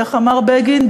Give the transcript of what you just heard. איך אמר בגין,